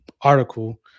article